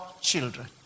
children